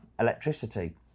electricity